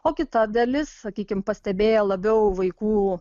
o kita dalis sakykim pastebėję labiau vaikų